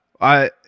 I-